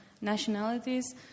nationalities